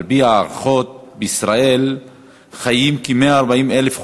על-פי הערכות, בישראל חיים כ-140,000 חולים,